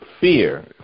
fear